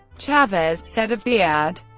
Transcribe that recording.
chavez said of the ad,